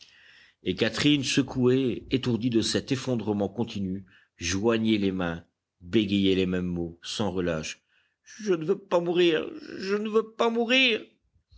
et catherine secouée étourdie de cet effondrement continu joignait les mains bégayait les mêmes mots sans relâche je ne veux pas mourir je ne veux pas mourir